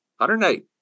108